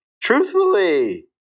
Truthfully